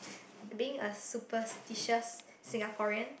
being a superstitious Singaporean